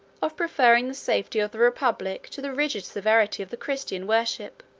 of preferring the safety of the republic to the rigid severity of the christian worship.